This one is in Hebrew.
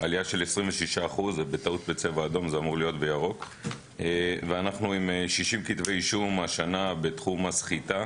עלייה של 26%. ואנחנו השנה עם 60 כתבי אישום בתחום הסחיטה,